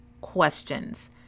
questions